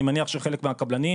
אני מניח שחלק מהקבלנים,